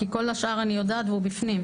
כי כל השאר אני יודעת ובפנים.